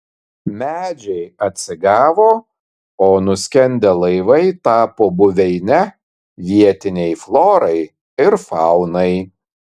medžiai atsigavo o nuskendę laivai tapo buveine vietinei florai ir faunai